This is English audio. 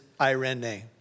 irene